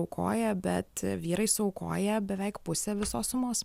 aukoja bet vyrai suaukoję beveik pusę visos sumos